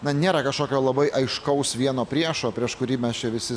na nėra kažkokio labai aiškaus vieno priešo prieš kurį mes čia visi